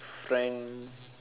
friend